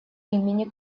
имени